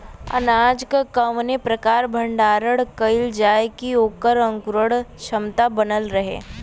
अनाज क कवने प्रकार भण्डारण कइल जाय कि वोकर अंकुरण क्षमता बनल रहे?